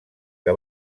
que